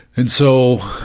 and so,